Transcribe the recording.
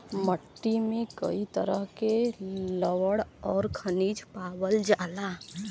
मट्टी में कई तरह के लवण आउर खनिज पावल जाला